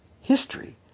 History